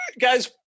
guys